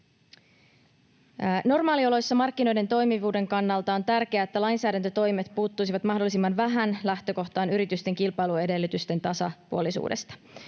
Normaalioloissa markkinoiden toimivuuden kannalta on tärkeää, että lainsäädäntötoimet puuttuisivat mahdollisimman vähän lähtökohtaan yritysten kilpailuedellytysten tasapuolisuudesta.